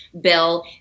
bill